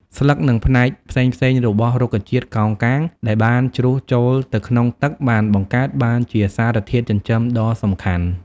ស្លឹក និងផ្នែកផ្សេងៗរបស់រុក្ខជាតិកោងកាងដែលបានជ្រុះចូលទៅក្នុងទឹកបានបង្កើតបានជាសារធាតុចិញ្ចឹមដ៏សំខាន់។